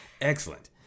Excellent